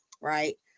right